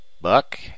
Buck